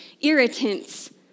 irritants